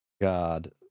God